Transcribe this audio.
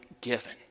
given